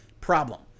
problem